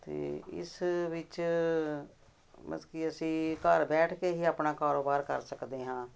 ਅਤੇ ਇਸ ਵਿੱਚ ਮਤਲਬ ਕਿ ਅਸੀਂ ਘਰ ਬੈਠ ਕੇ ਹੀ ਆਪਣਾ ਕਾਰੋਬਾਰ ਕਰ ਸਕਦੇ ਹਾਂ